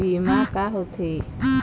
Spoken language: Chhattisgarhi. बीमा का होते?